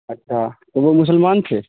اچھا تو وہ مسلمان تھے